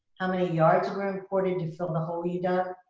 how many yards were imported to fill the hole you dug?